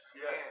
yes